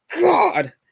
God